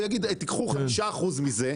נגיד תיקחו 5% מזה,